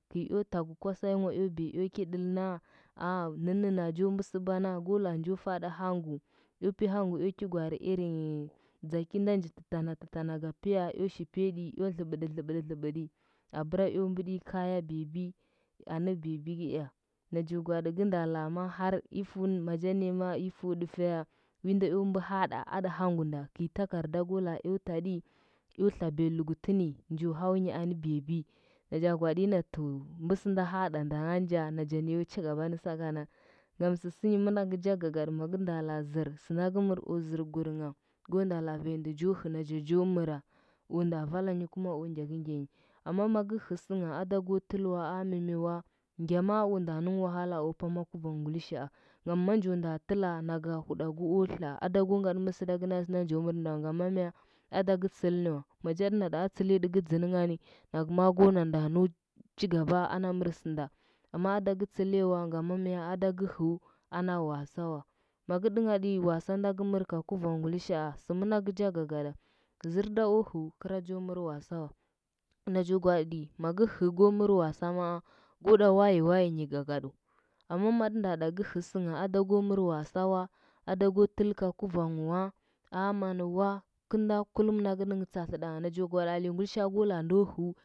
Kɚi ea tagu kwasai nwa eo biya eo ki ɗɚlnda. Ao nɚnnɚna njo bana, go laa njo faɗɚ hangu, eo piya hangu, eo ki gwaari irin dza ki nda ji tɚkanda tɚtanda ga piye eo shi piya ɗi, eo dlɚbɗi, ɚlɚbɗi ɚlɚbɗi abɚra eo mbɚɗinyi kaye nɚ baby, nɚ baby gɚ ea. Najo gwaaɗi go nda laa ma har i fu maja naya ma yi fuo ɗufuaya, wanda eo mbɚ haaɗa aɗɚ hangu nda, kɚi tagarda ko laa eo taɗi eo tlabiya lɚgutɚ ni njo hau nyi anɚ babi nacha gwaaɗi ya na to mbɚsɚnda haaɗa nda nanja nachanɚ yo cigaba ni sakana. Ngam sɚsɚnyi mɚnagɚcha gagaɗa magɚ nda laa zɚr sɚnda gɚ mɚro. Zɚrgurngha, go nda laa valndu jo findadzɚ jo mɚra, o nda valanyi kuma o ngyakɚngyanyi amma gɚ hɚsɚngha ada go tɚlwa a mimi wa ngya ma o nda nɚngh wahala o pama gu vangh ngulishaa ngam ma njo nda tɚla naga huɗaga o tla, ada go ngaɗɚ mɚsɚɗagɚ na sɚnda njo mɚrnda wa ngama mya ada gɚ tsɚlnɚ wa macha tɚ nda ɗa a tsɚle tɚkɚ dzɚnɚ ngani nakɚ ma ko na nda mbar cigaba ana mɚrsɚnda amma ada gɚ tsɚlnɚ wa ngama mya ado gɚ hɚu ana wasa wa magɚ ɗɚnghaɗi wasa nda ka mɚr ka kuvang gulishaa sɚ mɚnagɚ cha gagada zɚrda o hɚu kɚra ko mɚr wasa wa najo gwaaɗi maka hea go mɚr wasa maa ko ɗa wayewayenyi gagadu amma matɚ nda ɗa gɚ hɚ sɚngha ada gɚ mɚr wasa wa, ada gɚ tɚl go guvang wa, aman wa, kɚlnda kullum nagɚ nɚnghɚ tsatlɚtangha. Najo gwaaɗi avenyi agulishaa go laa ndo hɚu.